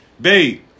babe